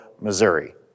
Missouri